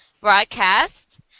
broadcast